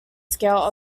scale